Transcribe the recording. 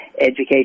education